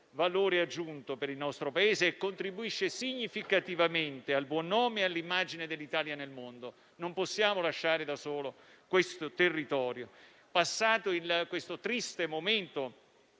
valore aggiunto per il nostro Paese e contribuisce significativamente al buon nome e all'immagine dell'Italia nel mondo. Non possiamo lasciare da solo questo territorio: passato questo triste momento,